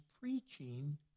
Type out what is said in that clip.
preaching